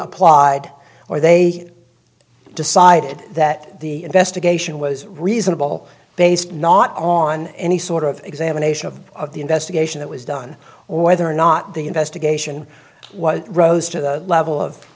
applied or they decided that the investigation was reasonable based not on any sort of examination of the investigation that was done or whether or not the investigation was rose to the level of